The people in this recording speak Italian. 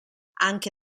anche